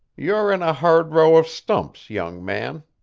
you're in a hard row of stumps, young man.